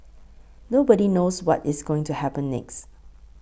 nobody knows what is going to happen next